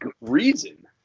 Reason